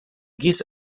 geese